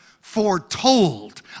foretold